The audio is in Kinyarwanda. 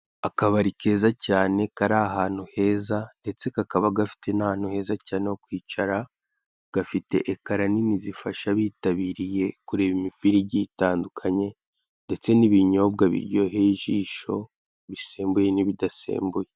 Akabari kari ahantu heza ndetse kakaba gafite n'ahantu heza cyane ho kwicara gafite ekara nini zifasha abitabiriye, kureba imipira giye itandukanye ndetse n'ibinyobwa biryoheye ijisho bisembuye n'ibidasembuye.